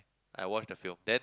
I watch the film then